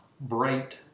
bright